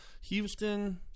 Houston